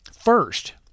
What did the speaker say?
first